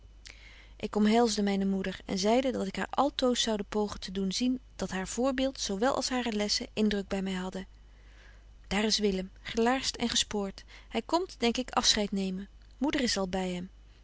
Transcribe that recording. ik omhelsde myne moeder en zeide dat ik haar altoos zoude pogen te doen zien dat haar voorbeeld zo wel als hare lessen indruk by my hadden daar is willem gelaarst en gespoort hy komt denk ik afscheid nemen moeder is al by hem